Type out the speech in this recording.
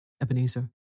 Ebenezer